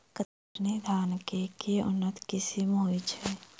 कतरनी धान केँ के उन्नत किसिम होइ छैय?